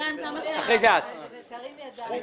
נראה אותך